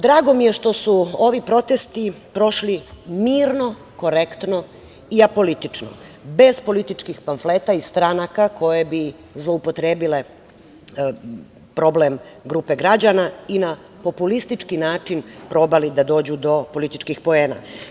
Drago mi je što su ovi protesti prošli mirno, korektno i apolitično, bez političkih pamfleta i stranaka koje bi zloupotrebile problem grupe građana i na populistički način probali da dođu do političkih poena.